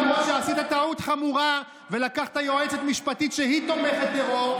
למרות שעשית טעות חמורה ולקחת יועצת משפטית שהיא תומכת טרור,